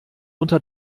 unter